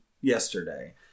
yesterday